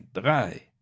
drei